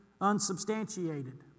unsubstantiated